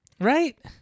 Right